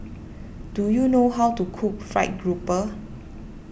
do you know how to cook Fried Grouper